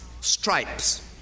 stripes